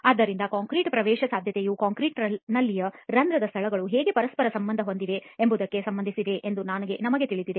ಆದ್ದರಿಂದ ಕಾಂಕ್ರೀಟ್ನ ಪ್ರವೇಶಸಾಧ್ಯತೆಯು ಕಾಂಕ್ರೀಟ್ನ ಲ್ಲಿನ ರಂಧ್ರದ ಸ್ಥಳಗಳು ಹೇಗೆ ಪರಸ್ಪರ ಸಂಬಂಧ ಹೊಂದಿವೆ ಎಂಬುದಕ್ಕೆ ಸಂಬಂಧಿಸಿದೆ ಎಂದು ನಮಗೆ ತಿಳಿದಿದೆ